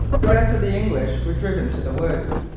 the rest of the english were driven to the woods.